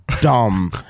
dumb